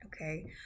Okay